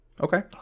okay